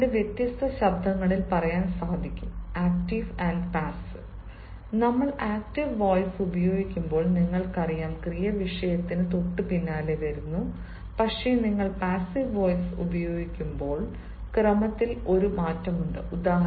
എന്തും രണ്ട് വ്യത്യസ്ത ശബ്ദങ്ങളിൽ പറയാൻ കഴിയും ആക്റ്റീവ് ആൻഡ് പാസ്സീവ് നമ്മൾ ആക്റ്റീവ് വോയിസ് ഉപയോഗിക്കുമ്പോൾ നിങ്ങൾക്കറിയാം ക്രിയ വിഷയത്തിന് തൊട്ടുപിന്നാലെ വരുന്നു പക്ഷേ നിങ്ങൾ പാസിവ് വോയിസ് ഉപയോഗിക്കുമ്പോൾ ക്രമത്തിൽ ഒരു മാറ്റമുണ്ട്